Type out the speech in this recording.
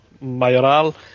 Mayoral